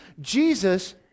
Jesus